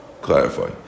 clarify